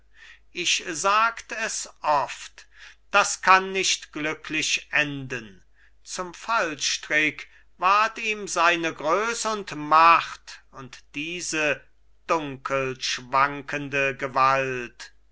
ich sagt es oft das kann nicht glücklich enden zum fallstrick ward ihm seine größ und macht und diese dunkelschwankende gewalt